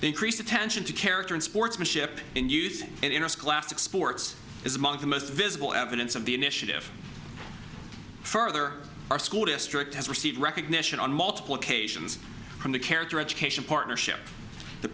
increased attention to character and sportsmanship in youth and interscholastic sports is among the most visible evidence of the initiative further our school district has received recognition on multiple occasions from the character education partnership the